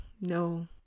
no